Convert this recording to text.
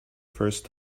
first